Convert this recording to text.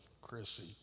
Chrissy